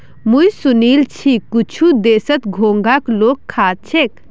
मुई सुनील छि कुछु देशत घोंघाक लोग खा छेक